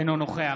אינו נוכח